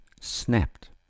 snapped